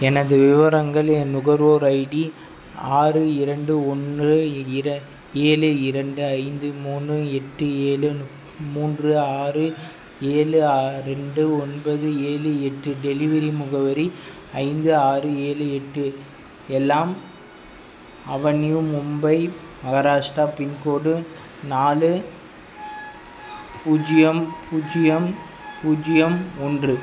எனது விவரங்கள் என் நுகர்வோர் ஐடி ஆறு இரண்டு ஒன்று இர ஏழு இரண்டு ஐந்து மூணு எட்டு ஏழு மூன்று ஆறு ஏழு ரெண்டு ஒன்பது ஏழு எட்டு டெலிவரி முகவரி ஐந்து ஆறு ஏழு எட்டு எல்லம் அவென்யூ மும்பை மகாராஷ்டிரா பின்கோடு நாலு பூஜ்ஜியம் பூஜ்ஜியம் பூஜ்ஜியம் ஒன்று